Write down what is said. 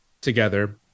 together